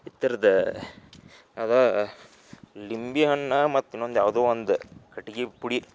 ಇದ್ರದ್ದು ಅದು ಲಿಂಬೆ ಹಣ್ಣು ಮತ್ತು ಇನ್ನೊಂದು ಯಾವುದೋ ಒಂದು ಕಟ್ಗೆ ಪುಡಿ